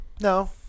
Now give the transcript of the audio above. no